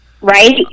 right